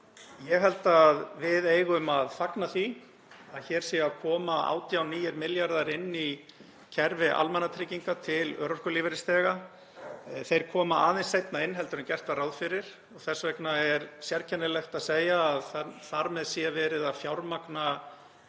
Ég held að við eigum að fagna því að hér séu að koma 18 nýir milljarðar inn í kerfi almannatrygginga til örorkulífeyrisþega. Þeir koma aðeins seinna inn heldur en gert var ráð fyrir og þess vegna er sérkennilegt að segja að þar með sé verið að fjármagna